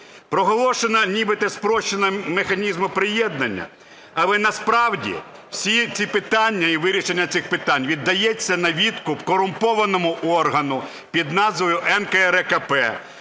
Проголошено нібито спрощення механізму приєднання, але насправді всі ці питання і вирішення цих питань віддається на відкуп корумпованому органу під назвою НКРЕКП,